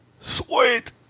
Sweet